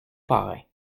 parrain